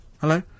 Hello